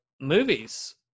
Movies